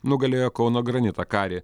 nugalėjo kauno granitą karį